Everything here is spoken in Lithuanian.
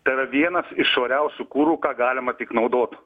tai yra vienas iš švariausių kurų ką galima tik naudot